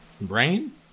brain